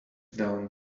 down